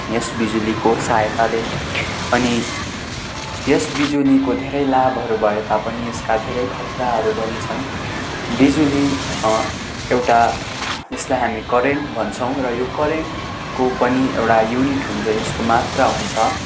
यस बिजुलीको सहायताले अनि यस बिजुलीको धेरै लाभहरू भए तापनि यसका धेरै खतराहरू पनि छन् बिजुली एउटा यसलाई हामी करेन्ट भन्छौँ र यो करेन्टको पनि एउटा युनिट हुन्छ यसको मात्रा हुन्छ